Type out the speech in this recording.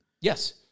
Yes